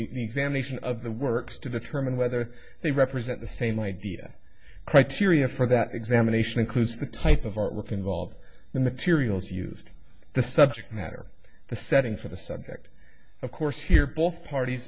the examination of the works to determine whether they represent the same idea criteria for that examination includes the type of artwork involved in the periods used the subject matter the setting for the subject of course here both parties